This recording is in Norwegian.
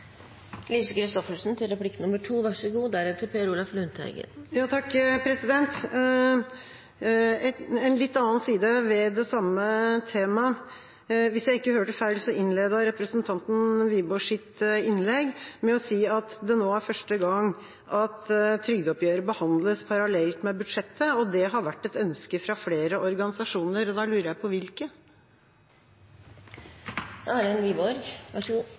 En litt annen side ved det samme temaet. Hvis jeg ikke hørte feil, innledet representanten Wiborg sitt innlegg med å si at det nå er første gang at trygdeoppgjøret behandles parallelt med budsjettet, og det har vært et ønske fra flere organisasjoner. Og da lurer jeg på hvilke.